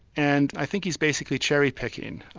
and i think he's basically cherry-picking,